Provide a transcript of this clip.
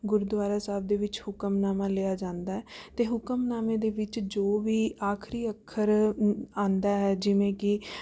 ਗੁਰਦੁਆਰਾ ਸਾਹਿਬ ਦੇ ਵਿੱਚ ਹੁਕਮਨਾਮਾ ਲਿਆ ਜਾਂਦਾ ਹੈ ਅਤੇ ਹੁਕਮਨਾਮੇ ਦੇ ਵਿੱਚ ਜੋ ਵੀ ਆਖਰੀ ਅੱਖਰ ਆਉਂਦਾ ਹੈ ਜਿਵੇਂ ਕਿ